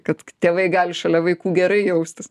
kad tėvai gali šalia vaikų gerai jaustis